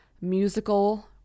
musical